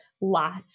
lots